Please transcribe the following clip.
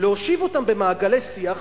להושיב אותם במעגלי שיח,